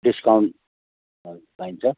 discount पाइन्छ